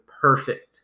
perfect